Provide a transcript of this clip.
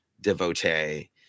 devotee